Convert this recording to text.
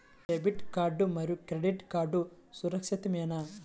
Debit card మరియు credit card సురక్షితమేనా?